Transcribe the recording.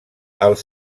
els